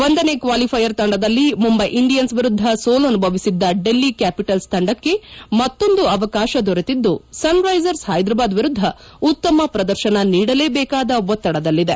ಒಂದನೇ ಕ್ವಾಲಿಫಾಯರ್ ತಂಡದಲ್ಲಿ ಮುಂಬೈ ಇಂಡಿಯನ್ಸ್ ವಿರುದ್ದ ಸೋಲುನಭವಿಸಿದ್ದ ಡೆಲ್ಲಿ ಕ್ವಾಪಿಟಲ್ಸ್ ತಂಡಕ್ಕೆ ಮತ್ತೊಂದು ಅವಕಾಶ ದೊರೆತಿದ್ದು ಸನ್ರೈಸರ್ಸ್ ಹೈದರಾಬಾದ್ ವಿರುದ್ದ ಉತ್ತಮ ಪ್ರದರ್ಶನ ನೀಡಲೇ ಬೇಕಾದ ಒತ್ತಡದಲ್ಲಿದೆ